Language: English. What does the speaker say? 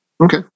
okay